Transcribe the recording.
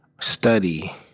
study